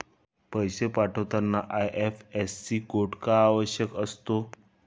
पैसे पाठवताना IFSC code का आवश्यक असतो?